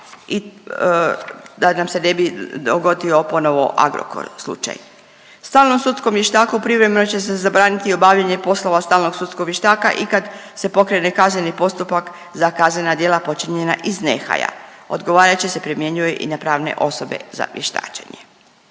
i da nam se ne bi dogodio ponovno Agrokor slučaj. Stalnom sudskom vještaku privremeno će se zabraniti i obavljanje poslova stalnog sudskog vještaka i kad se pokrene kazneni postupak za kaznena djela počinjenja iz nehaja. Odgovarajuće se primjenjuje i na pravne osobe za vještačenje.